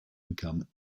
become